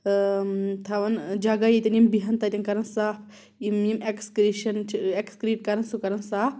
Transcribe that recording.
تھاوان جگہ ییٚتٮ۪ن یِم بِہن تَتٮ۪ن کَران صاف یِم یہِ ایکسکریٖشن چھِ ایکسکریٖٹ کَران سُہ کَران صاف